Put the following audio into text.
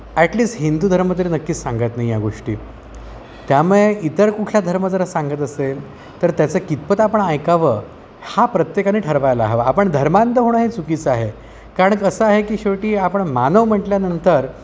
at least Hindu धर्म तरी नक्कीच सांगत नाही या गोष्टी त्यामुळे इतर कुठल्या धर्म जर सांगत असेल तर त्याचं कितपत आपण ऐकावं हा प्रत्येकाने ठरवायला हवं आपण धर्मांध होणं हे चुकीचं आहे कारण कसं आहे की शेवटी आपण मानव म्हटल्यानंतर